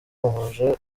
muhuje